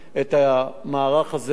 במקום אחר, תחת